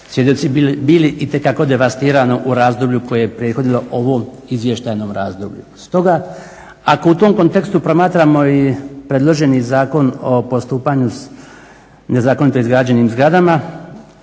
itekako bili, itekako devastiramo u razdoblju koje je prethodilo ovom izvještajnom razdoblju. Stoga, ako u tom kontekstu promatramo i predloženi Zakon o postupanju s nezakonito izgrađenim zgradama,